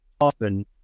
often